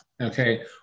Okay